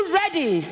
ready